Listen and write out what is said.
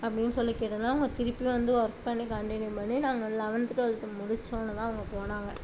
அப்படின்னு சொல்லி கேட்டதனால அவங்க திருப்பியும் வந்து ஒர்க் பண்ணி கண்டினியூ பண்ணி நாங்க லெவென்த் டுவெல்த் முடிச்சோன்னேதான் அவங்க போனாங்க